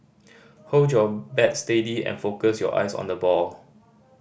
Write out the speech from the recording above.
hold your bat steady and focus your eyes on the ball